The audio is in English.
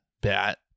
bat